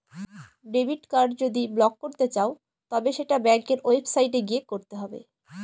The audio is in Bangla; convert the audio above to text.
ডেবিট কার্ড যদি ব্লক করতে চাও তবে সেটা ব্যাঙ্কের ওয়েবসাইটে গিয়ে করতে হবে